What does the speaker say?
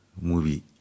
movie